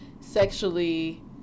sexually